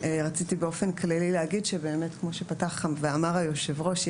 רציתי באופן כללי להגיד שבאמת כמו שפתח ואמר היושב-ראש,